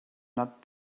not